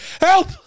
Help